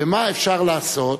ומה אפשר לעשות